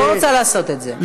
אני לא רוצה לעשות את זה.